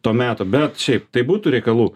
to meto bet šiaip tai būtų reikalų